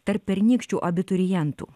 tarp pernykščių abiturientų